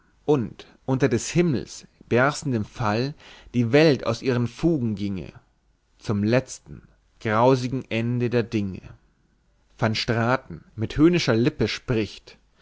und unter des himmels berstendem fall die welt aus ihren fugen ginge zum letzten grausigen ende der dinge van straten mit höhnischer lippe spricht